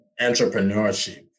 entrepreneurship